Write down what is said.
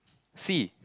C